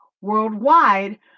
worldwide